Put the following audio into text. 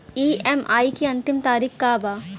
EMI के अंतिम तारीख का बा?